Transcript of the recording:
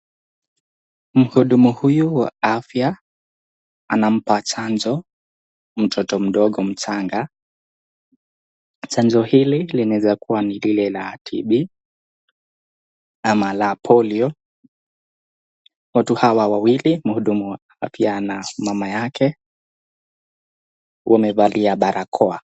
Mhudumu huyu wa afya anampa chanzo mtoto mdogo mchanga, chanjo hili linaweza kuwa ni lile la TB ama la Polio watu hawa wawili mhudumu wa afya na mama yake wamevalia barakoa.